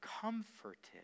comforted